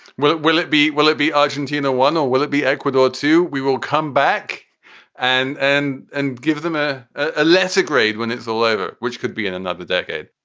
will it will it be. will it be argentina won or will it be ecuador? we will come back and and and give them a a lesser grade when it's a labor, which could be in another decade.